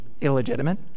illegitimate